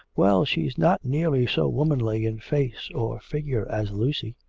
well, she's not nearly so womanly in face or figure as lucy.